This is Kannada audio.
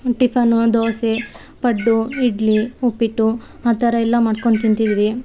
ಒನ್ ಟಿಫನು ದೋಸೆ ಪಡ್ಡು ಇಡ್ಲಿ ಉಪ್ಪಿಟ್ಟು ಆ ಥರ ಎಲ್ಲ ಮಾಡ್ಕೊಂಡು ತಿಂತಿದ್ವಿ